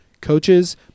Coaches